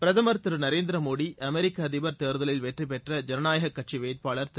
பிரதமர் திரு நரேந்திர மோடி அமெரிக்க அதிபர் தேர்தலில் வெற்றி பெற்ற ஜனநாயக கட்சி திரு